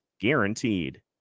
guaranteed